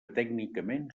tècnicament